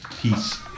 Peace